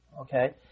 okay